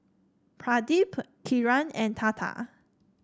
Pradip Kiran and Tata